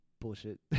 Bullshit